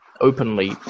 openly